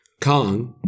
Kong